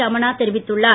ரமணா அறிவித்துள்ளார்